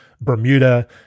Bermuda